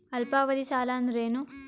ಅಲ್ಪಾವಧಿ ಸಾಲ ಅಂದ್ರ ಏನು?